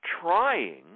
trying